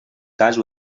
cas